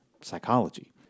psychology